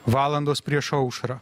valandos prieš aušrą